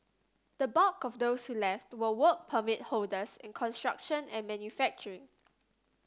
the bulk of those who left were Work Permit holders in construction and manufacturing